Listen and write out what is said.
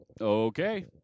okay